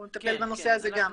אנחנו נטפל בנושא הזה גם.